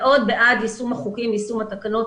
יישום החוקים ויישום התקנות.